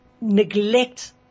neglect